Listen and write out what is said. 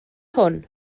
hwn